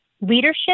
leadership